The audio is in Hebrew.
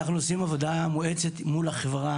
אנחנו עושים עבודה מואצת מול החברה